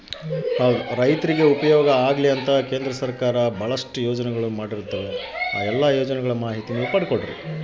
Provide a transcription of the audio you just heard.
ರೈರ್ತಿಗೆ ಉಪಯೋಗ ಆಗ್ಲಿ ಅಂತ ಕೇಂದ್ರ ಸರ್ಕಾರ ಮಾಡಿರೊ ಯೋಜನೆ ಅಗ್ಯತೆ